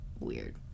weird